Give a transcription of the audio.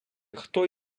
хто